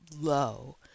low